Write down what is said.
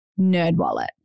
Nerdwallet